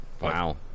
Wow